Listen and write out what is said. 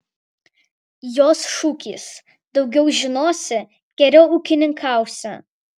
jos šūkis daugiau žinosi geriau ūkininkausi